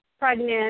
pregnant